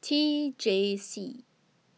T J C